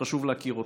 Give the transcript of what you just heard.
שחשוב להכיר אותו.